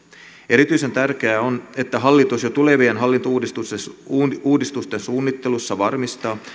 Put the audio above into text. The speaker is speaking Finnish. erityisen tärkeää on että hallitus tulevien hallintouudistusten suunnittelussa varmistaa